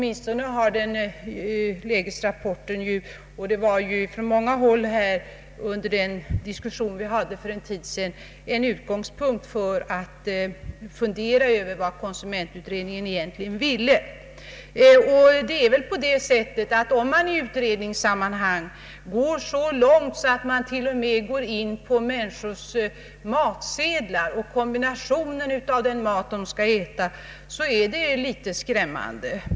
I varje fall var lägesrapporten, såsom framhölls från många håll under den diskussion som vi hade för en tid sedan, en utgångspunkt för funderingar över vad konsumentutredningen egentligen ville. Om man i utredningssammanhang går så långt att man till och med går in på människors matsedlar och sammansättningen av den mat de skall äta så är det litet skrämmande.